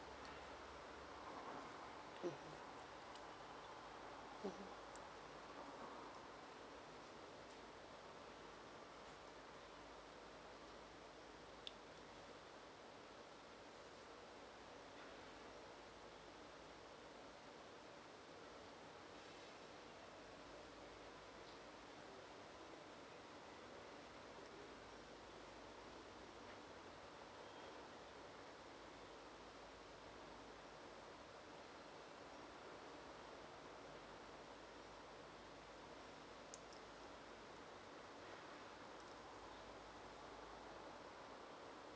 mm mmhmm